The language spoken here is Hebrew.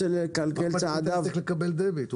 למה אדם צריך לקבל דביט?